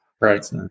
Right